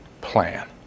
plan